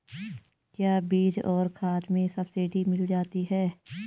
क्या बीज और खाद में सब्सिडी मिल जाती है?